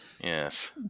yes